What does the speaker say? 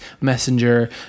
messenger